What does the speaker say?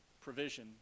provision